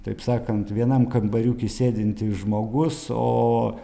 taip sakant vienam kambariuke sėdintis žmogus o